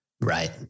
Right